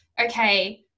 okay